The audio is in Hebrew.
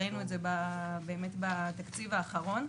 ראינו את זה באמת בתקציב האחרון,